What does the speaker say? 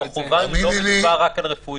לא מדובר רק על רפואי.